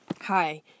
Hi